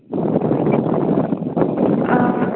ᱚ